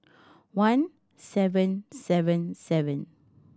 one seven seven seven